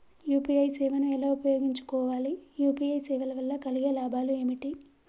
UPI సేవను ఎలా ఉపయోగించు కోవాలి? యూ.పీ.ఐ సేవల వల్ల కలిగే లాభాలు ఏమిటి?